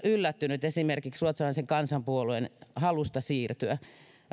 yllättänyt esimerkiksi ruotsalaisen kansanpuolueen halusta siirtyä